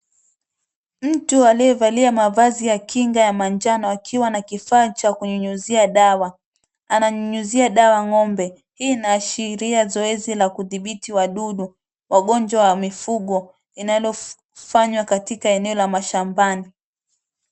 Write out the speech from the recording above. Mtu aliyevalia mavazi ya kinga ya manjano akiwa na kifaa cha kunyunyizia dawa. Ananyunyizia dawa ng'ombe. Hii inaashiria zoezi la kudhibiti wadudu, wagonjwa wa mifugo inalofanywa katika eneo la mashambani.